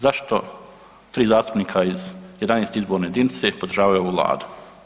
Zašto tri zastupnika iz 11 izborne jedinice podržavaju ovu Vladu?